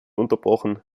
unterbrochen